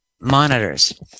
monitors